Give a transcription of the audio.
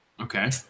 Okay